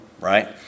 right